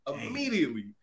Immediately